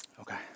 Okay